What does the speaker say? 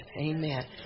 Amen